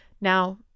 Now